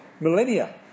millennia